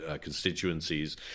constituencies